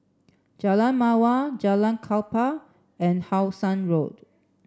Jalan Mawar Jalan Klapa and How Sun Road